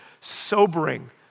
sobering